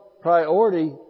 priority